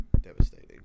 devastating